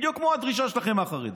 בדיוק כמו הדרישה שלכם מהחרדים,